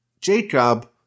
Jacob